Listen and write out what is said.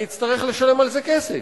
אני אצטרך לשלם על זה כסף.